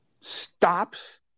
stops